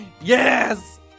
Yes